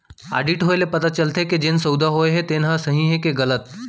audit होए ले पता चलथे के जेन सउदा होए हे तेन ह सही हे के गलत